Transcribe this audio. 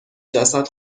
جسد